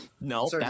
no